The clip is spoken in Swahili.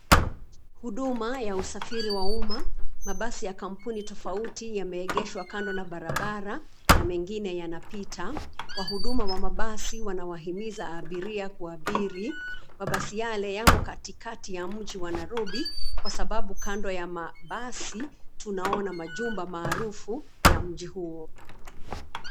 Huduma ya usafiri wa umma, mabasi ya kampuni tofauti yameegeshwa kando na barabara na mengine yanapita. Wahudumu wa mabasi wanawahimiza abiria kuabiri. Mabasi yale yamo katikati ya mji wa Nairobi kwa sababu kando ya mabasi tunaona majumba maarufu ya mji huo.